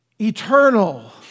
Eternal